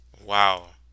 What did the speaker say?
Wow